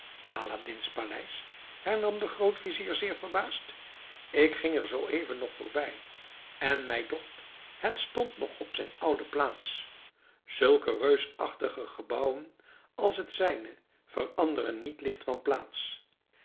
aladdin's paleis hernam de grootvizier zeer verbaasd ik ging er zooeven nog voorbij en mij docht het stond nog op zijn oude plaats zulke reusachtige gebouwen als het zijne veranderen niet licht van plaats